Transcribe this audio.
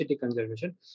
conservation